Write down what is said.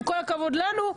עם כל הכבוד לנו,